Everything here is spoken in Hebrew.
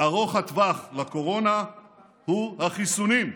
ארוך הטווח לקורונה הוא החיסונים.